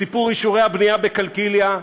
בסיפור אישורי הבנייה בקלקיליה,